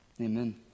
Amen